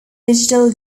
digital